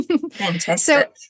fantastic